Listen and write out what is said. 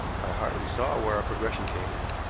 i hardly saw where our progression came in.